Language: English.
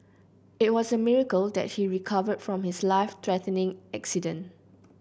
it was a miracle that he recover from his life threatening accident